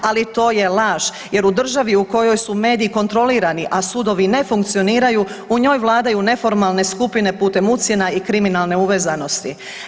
Ali to je laž, jer u državi u kojoj su mediji kontrolirani, a sudovi ne funkcioniraju u njoj vladaju neformalne skupine putem ucjena i kriminalne uvezanosti.